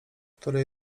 które